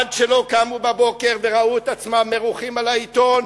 עד שלא קמו בבוקר וראו את עצמם מרוחים על העיתון,